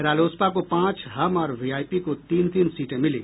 रालोसप को पांच हम और वीआईपी को तीन तीन सीटें मिली